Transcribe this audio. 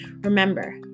remember